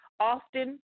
often